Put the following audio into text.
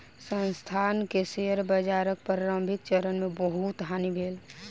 संस्थान के शेयर बाजारक प्रारंभिक चरण मे बहुत हानि भेल